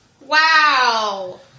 Wow